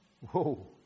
Whoa